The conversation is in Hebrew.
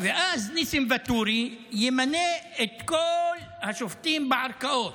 ואז ניסים ואטורי ימנה את כל השופטים בערכאות.